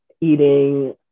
eating